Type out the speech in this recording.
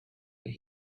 and